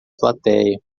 platéia